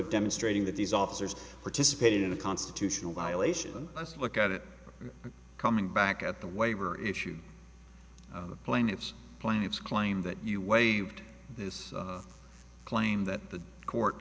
demonstrating that these officers participated in a constitutional violation let's look at it coming back at the waiver issue plaintiffs plaintiffs claim that you waived this claim that the court